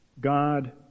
God